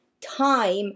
time